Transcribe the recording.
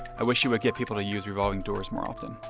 i wish you would get people to use revolving doors more often.